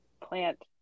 plant